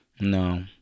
no